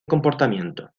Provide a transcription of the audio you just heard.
comportamiento